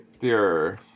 dear